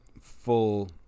full